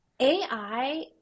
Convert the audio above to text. AI